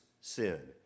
sin